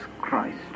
Christ